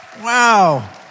Wow